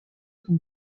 son